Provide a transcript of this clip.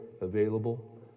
available